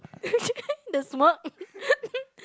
the smirk